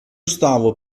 stavo